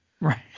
Right